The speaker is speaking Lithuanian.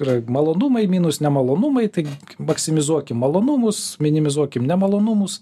yra malonumai minus nemalonumai tai maksimizuokim malonumus minimizuokim nemalonumus